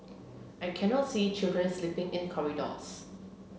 I cannot see children sleeping in corridors